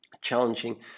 challenging